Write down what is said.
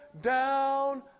down